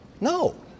No